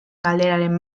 galderaren